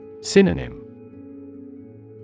Synonym